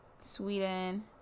Sweden